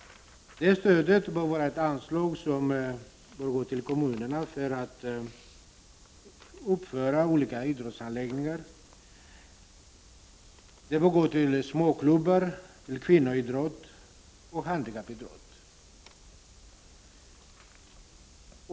Detta stöd bör vara utformat som ett anslag som går till kommunerna för att uppföra olika idrottsanläggningar. Det bör gå till småklubbar, till kvinnoidrott och till handikappidrott.